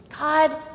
God